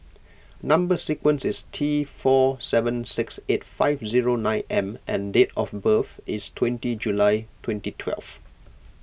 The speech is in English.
Number Sequence is T four seven six eight five zero nine M and date of birth is twenty July twenty twelve